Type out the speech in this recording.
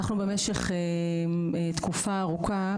אנחנו במשך תקופה ארוכה,